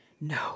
No